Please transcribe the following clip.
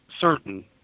certain